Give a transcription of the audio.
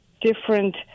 different